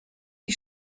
die